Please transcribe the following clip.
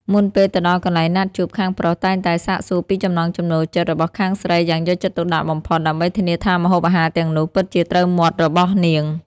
មុនពេលទៅដល់កន្លែងណាត់ជួប ខាងប្រុសតែងតែសាកសួរពីចំណង់ចំណូលចិត្តរបស់ខាងស្រីយ៉ាងយកចិត្តទុកដាក់បំផុត ដើម្បីធានាថាម្ហូបអាហារទាំងនោះពិតជាត្រូវមាត់របស់នាង។